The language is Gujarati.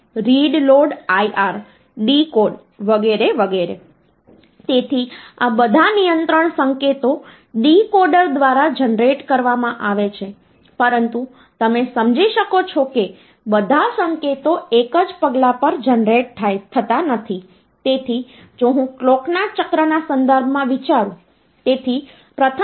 તેથી આ રીતે આ નંબર સિસ્ટમનો ઉપયોગ કરીને તમે કોઈપણ નંબર સિસ્ટમનો ઉપયોગ કરી શકો છો તે બધી સમાન છે અને તમે યોગ્ય ફોર્મેટ માં સંખ્યાઓ રજૂ કરી શકો છો